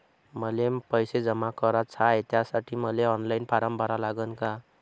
मले पैसे जमा कराच हाय, त्यासाठी मले ऑनलाईन फारम भरा लागन का?